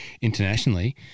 internationally